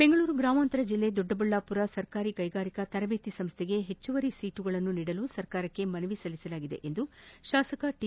ಬೆಂಗಳೂರು ಗ್ರಾಮಾಂತರ ಜಿಲ್ಲೆ ದೊಡ್ಡಬಳ್ಳಾಮರದ ಸರ್ಕಾರಿ ಕೈಗಾರಿಕಾ ತರದೇತಿ ಸಂಸ್ವೆಗೆ ಹೆಚ್ಚುವರಿ ಸೀಟುಗಳನ್ನು ನೀಡಲು ಸರ್ಕಾರಕ್ಷೆ ಮನವಿ ಸಲ್ಲಿಸಲಾಗಿದೆ ಎಂದು ಶಾಸಕ ಟಿ